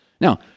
Now